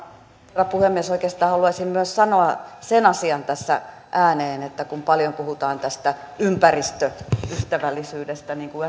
herra puhemies oikeastaan haluaisin sanoa myös sen asian tässä ääneen että kun paljon puhutaan tästä ympäristöystävällisyydestä niin kuin